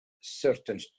certain